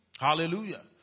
Hallelujah